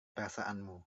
perasaanmu